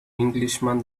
englishman